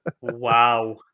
Wow